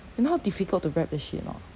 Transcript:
you know how difficult to wrap that shit or not